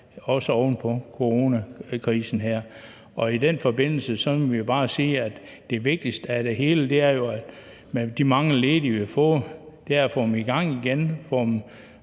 også oven på coronakrisen her. I den forbindelse må vi bare sige, at det vigtigste af det hele jo er at få de mange ledige, vi har fået, i gang igen,